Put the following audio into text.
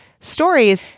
stories